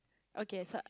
okay so I